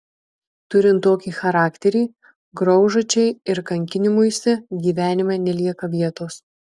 turint tokį charakterį graužačiai ir kankinimuisi gyvenime nelieka vietos